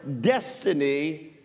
destiny